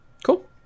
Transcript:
Cool